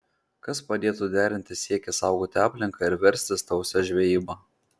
kas padėtų derinti siekį saugoti aplinką ir verstis tausia žvejyba